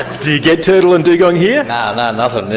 do you get turtle and dugong here? nah, nah, nothing, yeah,